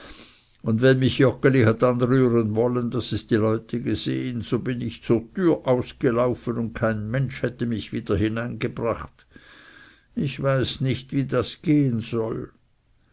und wenn mich joggeli hat anrühren wollen daß es die leute gesehen so bin ich zur türe aus gelaufen und kein mensch hätte mich wieder hineingebracht ich weiß nicht wie das gehen soll